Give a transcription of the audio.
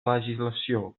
legislació